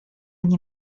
nie